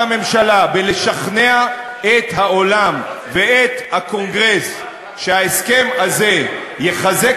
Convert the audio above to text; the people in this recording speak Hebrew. הממשלה בלשכנע את העולם ואת הקונגרס שההסכם הזה יחזק